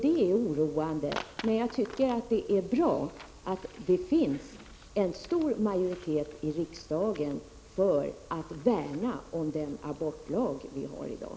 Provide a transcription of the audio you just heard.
Det är oroande, men det är bra att det finns en stor majoritet i riksdagen för att värna om den abortlag som vi har i dag.